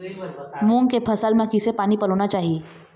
मूंग के फसल म किसे पानी पलोना चाही?